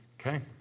Okay